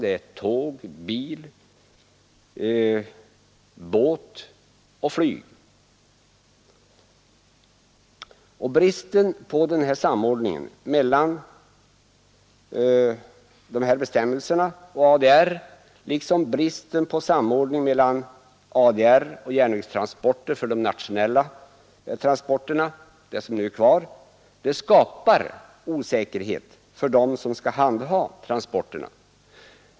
Den kan komma att transporteras med tåg, bil, båt och flyg. Bristen på samordning mellan bestämmelserna för olika varugrupper och ADR, liksom bristen på samordning mellan ADR och järnvägen för de nationella transporterna — de jämkningar som nu är kvar — skapar osäkerhet för dem som skall handha transporterna.